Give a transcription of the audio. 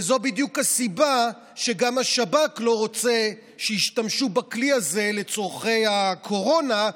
וזו בדיוק הסיבה שגם השב"כ לא רוצה שישתמשו בכלי הזה לצורכי הקורונה,